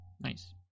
Nice